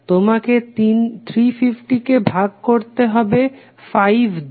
তোমাকে 350 কে ভাগ করতে হবে 5 দিয়ে